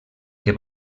que